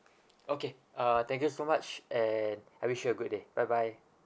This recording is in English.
okay ah thank you so much and I wish you a good day bye bye